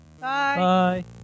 Bye